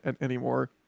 anymore